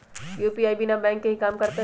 UPI बिना bank के भी कम करतै?